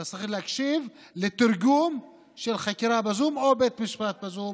אתה צריך להקשיב לתרגום של חקירה בזום או בית משפט בזום.